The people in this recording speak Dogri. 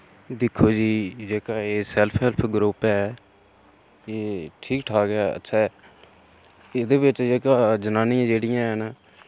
दिक्खो जी जेह्का एह् सैल्फ हैल्प ग्रुप ऐ एह् ठीक ठाक ऐ अच्छा ऐ एह्दे बिच जेह्का जनानियां जेह्ड़ियां हैन